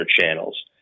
channels